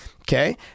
Okay